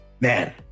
Man